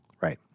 Right